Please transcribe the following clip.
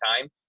time